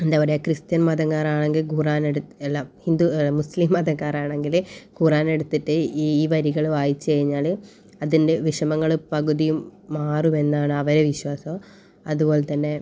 എന്താ പറയാ ക്രിസ്ത്യൻ മതക്കാരാണെങ്കിൽ ഖുറാൻ എടുത്ത് അല്ല ഹിന്ദു മുസ്ലിം മതക്കാരാണെങ്കിൽ ഖുറാൻ എടുത്തിട്ട് ഈ വരികൾ വായിച്ച് കഴിഞ്ഞാൽ അതിൻ്റെ വിഷമങ്ങൾ പകുതിയും മാറുമെന്നാണ് അവരെ വിശ്വാസം അതുപോലെ തന്നെ